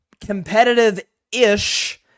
competitive-ish